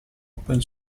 open